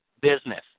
business